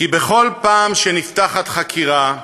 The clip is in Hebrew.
כי בכל פעם שנפתחת חקירה,